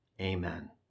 Amen